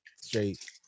straight